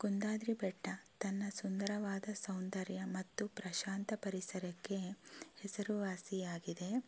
ಕುಂದಾದ್ರಿ ಬೆಟ್ಟ ತನ್ನ ಸುಂದರವಾದ ಸೌಂದರ್ಯ ಮತ್ತು ಪ್ರಶಾಂತ ಪರಿಸರಕ್ಕೆ ಹೆಸರುವಾಸಿಯಾಗಿದೆ